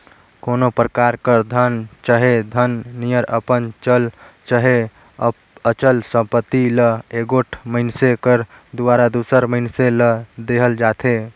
कोनो परकार कर धन चहे धन नियर अपन चल चहे अचल संपत्ति ल एगोट मइनसे कर दुवारा दूसर मइनसे ल देहल जाथे